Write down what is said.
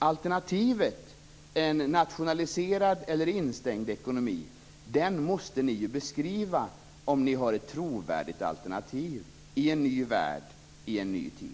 Alternativet, en nationaliserad eller instängd ekonomi, måste ni ju beskriva om det är trovärdigt i en ny värld, i en ny tid.